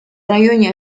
районе